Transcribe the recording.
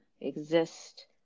exist